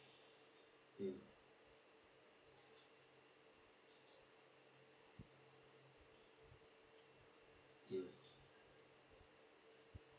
mm mm